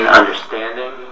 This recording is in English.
understanding